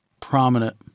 prominent